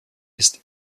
ist